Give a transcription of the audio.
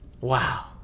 Wow